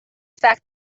fact